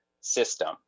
system